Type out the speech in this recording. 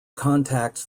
contacts